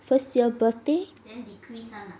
first year birthday